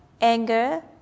anger